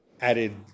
added